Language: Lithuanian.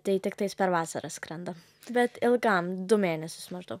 tai tiktais per vasarą skrendam bet ilgam du mėnesius maždaug